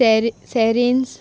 sari सेरीस